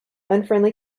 unfriendly